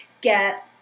get